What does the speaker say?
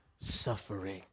suffering